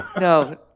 no